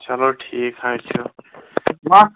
چلو ٹھیٖک حظ چھُ ما